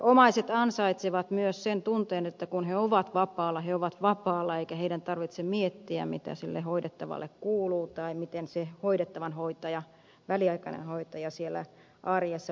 omaiset ansaitsevat myös sen tunteen että kun he ovat vapaalla he ovat vapaalla eikä heidän tarvitse miettiä mitä sille hoidettavalle kuuluu tai miten se hoidettavan väliaikainen hoitaja siellä arjessa pärjää